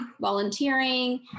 volunteering